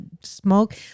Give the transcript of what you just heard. Smoke